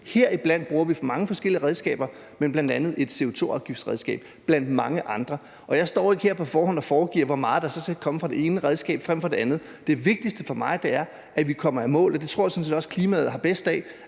Her bruger vi mange forskellige redskaber, men blandt mange andre et CO2-afgiftsredskab. Og jeg står ikke her på forhånd og siger, hvor meget der så skal komme fra det ene redskab frem for fra det andet. Det vigtigste for mig er, at vi kommer i mål, og det tror jeg sådan set også klimaet har bedst af,